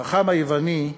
החכם היווני,